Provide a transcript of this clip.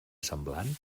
semblant